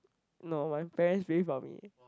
no my parents pay for me